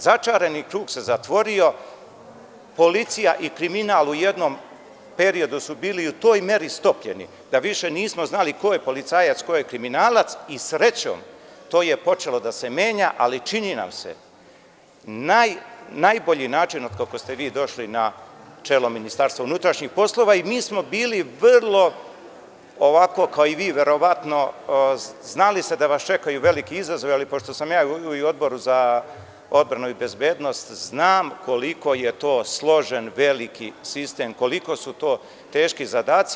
Začarani krug se zatvorio, policija i kriminal u jednom periodu su bili u toj meri stopljeni da više nismo znali ko je policajac, ko je kriminalac i srećom to je počelo da se menja, ali nam se čini, najbolji način od kako ste vi došli na čelo MUP, i mi smo bili vrlo, ovako kao i vi, verovatno, znali ste da vas čekaju veliki izazovi, ali pošto sam u Odboru za odbranu i bezbednost znam koliko je to složen, veliki sistem, koliko su to teški zadaci.